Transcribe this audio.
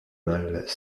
mâles